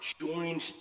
joined